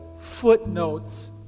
footnotes